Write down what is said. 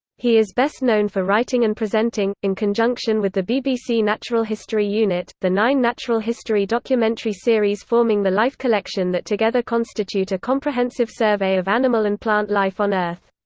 he is best known for writing and presenting, in conjunction with the bbc natural history unit, the nine natural history documentary series forming the life collection that together constitute a comprehensive survey of animal and plant life on earth.